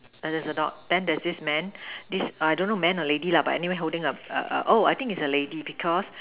yeah there's a dog then there's this man this I don't know man or lady lah but anyway holding a a a oh I think is a lady because